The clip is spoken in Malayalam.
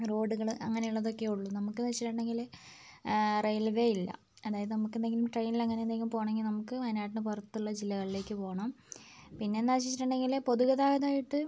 റോഡുകൾ അങ്ങനെയുള്ളതൊക്കെയേ ഉള്ളു നമുക്ക് എന്ന് വെച്ചിട്ടുണ്ടെങ്കിൽ റയിൽവേ ഇല്ല അതായത് നമുക്കെന്തെങ്കിലും ട്രെയിനിൽ അങ്ങനെ എന്തെങ്കിലും പോവണമെങ്കിൽ നമുക്ക് വയനാടിന് പുറത്തുള്ള ജില്ലകളിലേക്ക് പോവണം പിന്നെ എന്താണെന്ന് വെച്ചിട്ടുണ്ടെങ്കിൽ പൊതുഗതാഗതമായിട്ട്